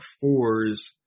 fours